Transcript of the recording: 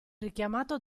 richiamato